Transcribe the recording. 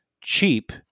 cheap